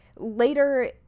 Later